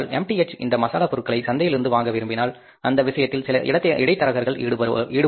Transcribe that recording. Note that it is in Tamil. எச் இந்த மசாலாப் பொருள்களை சந்தையில் இருந்து வாங்க விரும்பினால் அந்த விஷயத்தில் சில இடைத்தரகர்கள் ஈடுபடுவார்கள்